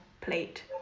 plate